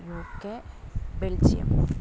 UK Belgium